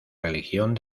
religión